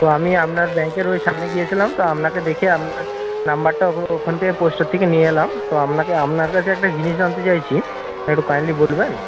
তো আমি আপনার ব্যাংকের ওই সামনে গিয়েছিলাম তো আপনাকে দেখে আপনার নাম্বারটা ওখান থেকে পোস্টার থেকে নিয়ে এলাম তো আপনাকে আপনার কাছে একটা জিনিস জানতে চাইছি একটু কাইন্ডলি বলবেন